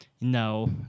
No